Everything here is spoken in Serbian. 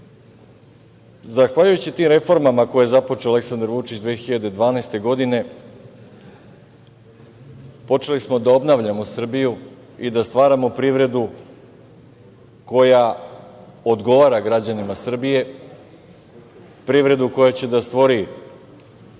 pandemije. Zahvaljujući tim reformama koje je započeo Aleksandar Vučić 2012. godine počeli smo da obnavljamo Srbiju i da stvaramo privredu koja odgovara građanima Srbije, privredu koja će da stvori